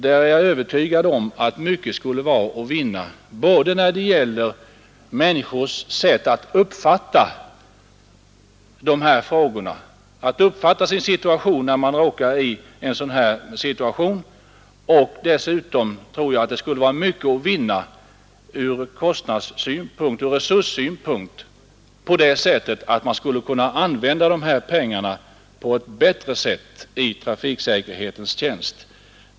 Jag är övertygad om att mycket skulle vara att vinna när det gäller människors sätt att uppfatta sin situation och från kostnadsoch resurssynpunkt. Man skulle kunna använda dessa pengar på ett bättre sätt i trafiksäkerhetens tjänst.